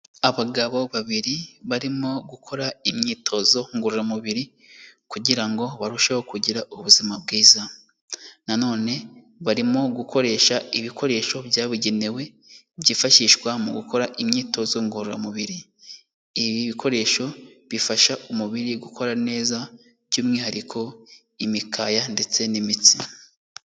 Abagabo babiri barimo gukora imyitozo ngororamubiri, kugirango ngo barusheho kugira ubuzima bwiza. Na none barimo gukoresha ibikoresho byabugenewe, byifashishwa mu gukora imyitozo ngororamubiri. Ibi bikoresho bifasha umubiri gukora neza, by'umwihariko, imikaya ndetse n'imitsi.